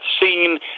seen